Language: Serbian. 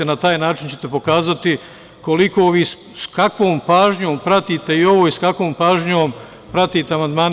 Na taj način ćete pokazati koliko vi, sa kakvom pažnjom pratite i ovo i sa kakvom pažnjom pratite amandmane